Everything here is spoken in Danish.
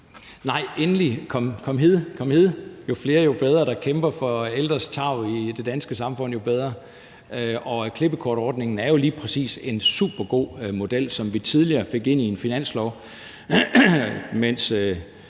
Nej, endelig - kom hid, kom hid. Jo flere der kæmper for ældres tarv i det danske samfund, jo bedre. Klippekortordningen er jo lige præcis en supergod model, som vi tidligere fik ind i en finanslov.